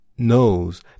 knows